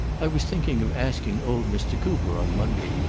i was thinking of asking old mr. cooper on monday.